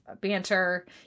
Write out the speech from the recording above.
banter